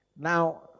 Now